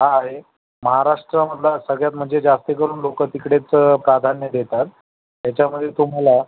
हा आहे महाराष्ट्रामधला सगळ्यात म्हणजे जास्त करून लोक तिकडेच प्राधान्य देतात त्याच्यामुळे तुम्हाला